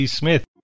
smith